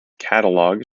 catalogue